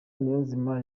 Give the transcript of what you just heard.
niyonzima